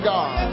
God